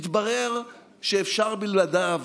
יתברר שאפשר בלעדיו,